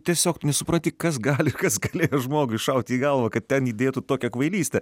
tiesiog nesupranti kas gali kas galėjo žmogui šauti į galvą kad ten įdėtų tokią kvailystę